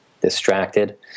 distracted